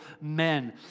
men